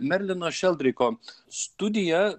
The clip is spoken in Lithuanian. merlino šeldriko studija